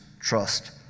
trust